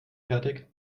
fertig